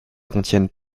contiennent